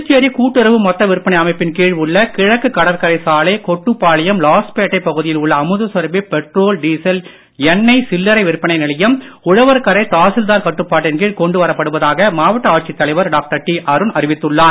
புதுச்சேரி கூட்டுறவு மொத்த விற்பனை அமைப்பின் கீழ் உள்ள கிழக்கு கடற்கரை சாலை கொட்டுபாளையம் லாஸ்பேட்டை பகுதியில் உள்ள அமுதசுரபி பெட்ரோல் டீசல் எண்ணெய் சில்லறை விற்பனை நிலையம் உழவர்கரை தாசில்தார் கட்டுப்பாட்டின் கீழ் கொண்டு வரப்படுவதாக மாவட்ட ஆட்சித் தலைவர் டாக்டர் அருண் அறிவித்துள்ளார்